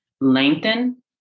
lengthen